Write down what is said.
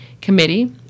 Committee